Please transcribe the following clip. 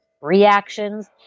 reactions